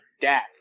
death